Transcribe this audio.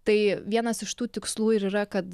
tai vienas iš tų tikslų ir yra kad